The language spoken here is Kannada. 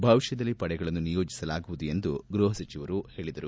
ಭವಿಷ್ಣದಲ್ಲಿ ಪಡೆಗಳನ್ನು ನಿಯೋಜಿಸಲಾಗುವುದು ಎಂದು ಗೃಹಸಚಿವರು ಹೇಳಿದರು